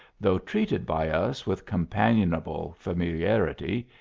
though treated by us with companionable familiarity,